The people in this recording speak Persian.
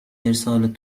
ارسال